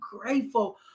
grateful